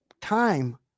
time